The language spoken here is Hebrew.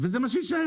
וזה מה שיישאר.